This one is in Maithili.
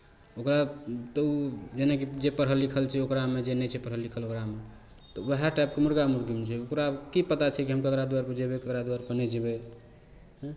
ओकरा तऽ ओ जेनाकि जे पढ़ल लिखल छै ओकरामे जे नहि छै पढ़ल लिखल छै ओकरामे तऽ उएह टाइपके मुरगा मुरगीमे छै ओकरा की पता छै कि हम ककरा दुआरिपर जेबै ककरा दुआरिपर नहि जेबै एँ